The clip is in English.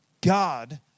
God